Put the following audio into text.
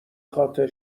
خاطر